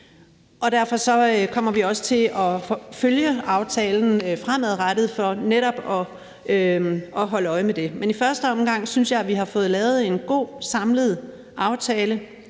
derfor kommer vi også til at følge aftalen fremadrettet for netop at holde øje med det. Men i første omgang synes jeg, at vi har fået lavet en god samlet aftale,